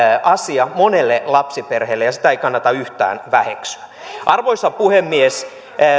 asia monelle lapsiperheelle ja sitä ei kannata yhtään väheksyä arvoisa puhemies